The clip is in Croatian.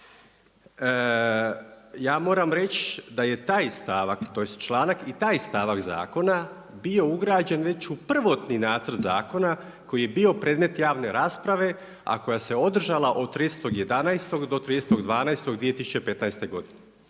Ja moram reći da je taj članak i taj stavak zakona bio ugrađen već u prvotni nacrt zakona koji je bio predmet javne rasprave a koja se održala od 30.11. do 30.12.2015. godine.